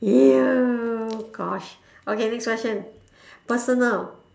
ya oh gosh okay next question personal